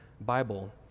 Bible